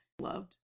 Loved